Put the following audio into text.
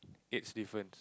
eighth different